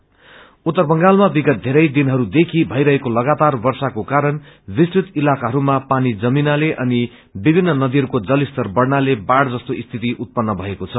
rain उत्तर बंगालमा विगत धेरै दिनहरू देखी थैरहेको लगातार वर्षाको कारण विस्तृत इलाकाइरूमा पानी जम्मीनाले अनि विभिन्न नदीहरूको जलस्तर बढ़नाले बाढ़ जस्तो स्थिति उत्पन्न भएको छ